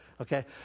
Okay